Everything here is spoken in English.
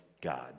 God